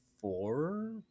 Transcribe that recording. four